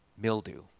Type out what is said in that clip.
mildew